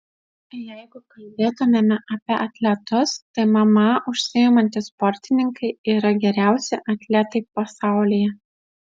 jeigu kalbėtumėme apie atletus tai mma užsiimantys sportininkai yra geriausi atletai pasaulyje